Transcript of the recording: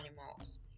animals